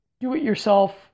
do-it-yourself